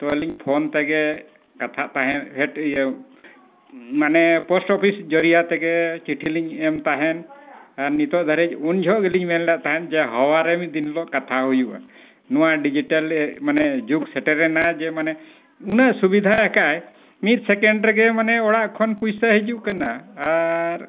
ᱛᱚ ᱟᱹᱞᱤᱧ ᱯᱷᱳᱱ ᱛᱮᱜᱮ ᱠᱟᱛᱷᱟ ᱛᱟᱦᱮᱸᱫ ᱦᱮᱰ ᱤᱭᱟᱹᱜ ᱢᱟᱱᱮ ᱯᱳᱥᱴ ᱚᱯᱷᱤᱥ ᱡᱚᱨᱤᱭᱟ ᱛᱮᱜᱮ ᱪᱤᱴᱷᱤ ᱞᱤᱧ ᱮᱢ ᱛᱟᱦᱮᱱ ᱟᱨ ᱱᱤᱛᱚᱜ ᱫᱷᱟᱹᱨᱤᱡ ᱩᱱ ᱡᱚᱠᱷᱚᱱ ᱜᱮᱞᱤᱧ ᱢᱮᱱ ᱞᱮᱫ ᱛᱟᱦᱮᱱ ᱡᱮ ᱦᱟᱣᱟ ᱨᱮ ᱢᱤᱫ ᱫᱤᱱ ᱦᱤᱞᱳᱜ ᱠᱟᱛᱷᱟ ᱦᱩᱭᱩᱜᱼᱟ ᱱᱚᱣᱟ ᱰᱤᱡᱤᱴᱟᱞ ᱢᱟᱱᱮ ᱡᱩᱜᱽ ᱥᱮᱴᱮᱨ ᱮᱱᱟ ᱡᱮ ᱢᱟᱱᱮ ᱩᱱᱟᱹᱜ ᱥᱩᱵᱤᱫᱷᱟ ᱟᱠᱟᱫ ᱟᱭ ᱢᱤᱫ ᱥᱮᱠᱮᱱᱰ ᱨᱮᱜᱮ ᱢᱟᱱᱮ ᱚᱲᱟᱜ ᱠᱷᱚᱱ ᱯᱚᱭᱥᱟ ᱦᱤᱡᱩᱜ ᱠᱟᱱᱟ ᱟᱨ